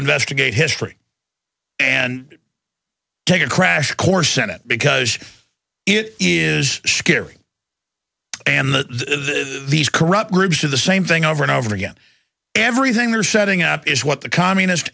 investigate history and take a crash course in it because it is scary and that these corrupt groups are the same thing over and over again everything they are setting up is what the communist